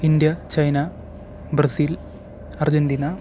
India China Brazil Argentina